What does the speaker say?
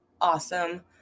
awesome